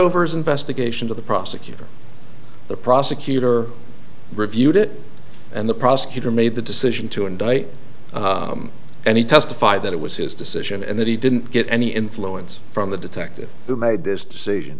over his investigation to the prosecutor the prosecutor reviewed it and the prosecutor made the decision to indict and he testified that it was his decision and that he didn't get any influence from the detective who made this decision